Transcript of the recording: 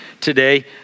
today